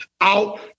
Out